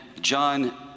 John